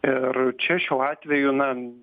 ir čia šiuo atveju na